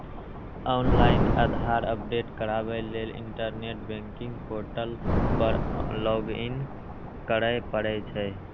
online Aadhaar update कराबै लेल internet banking portal पर लॉगइन करय पड़ै छै